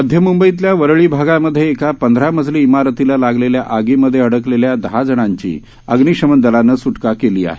मध्य मुंबईतल्या वरळी भागामधे एका पंधरा मजली इमारतीला लागलेल्या आगीमधे अडकलेल्या दहा जणांची अग्निशमन दलानं स्टका केली आहे